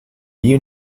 you